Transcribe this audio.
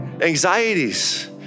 anxieties